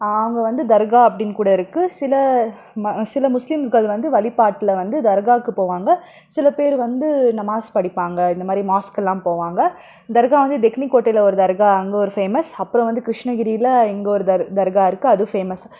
அவங்க வந்து தர்கா அப்படின்னுகூட இருக்கு சில சில முஸ்லீம்ஸ்ங்கள் வந்து வழிபாட்டில் வந்து தர்காக்கு போவாங்க சில பேர் வந்து நமாஸ் படிப்பாங்க இந்த மாதிரி மாஸ்க்லாம் போவாங்க தர்கா வந்து தேக்னிக்கோட்டையில ஒரு தர்கா அங்கே ஒரு ஃபேமஸ் அப்புறோம் வந்து கிருஷ்ணகிரியில இங்கே ஒரு தர் தர்கா இருக்கு அதுவும் ஃபேமஸ்